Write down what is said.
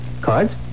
Cards